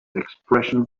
expression